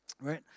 Right